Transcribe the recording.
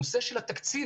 הנושא של התקציב,